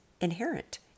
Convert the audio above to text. inherent